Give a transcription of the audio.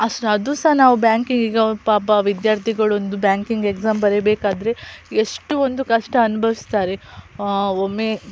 ಅಷ್ಟು ಅದು ಸಹ ನಾವು ಬ್ಯಾಂಕಿಂಗೀಗ ಪಾಪ ವಿದ್ಯಾರ್ಥಿಗಳು ಒಂದು ಬ್ಯಾಂಕಿಂಗ್ ಎಕ್ಸಾಮ್ ಬರೀಬೇಕಾದರೆ ಎಷ್ಟು ಒಂದು ಕಷ್ಟ ಅನುಭವಿಸ್ತಾರೆ ಒಮ್ಮೆ